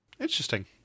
Interesting